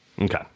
Okay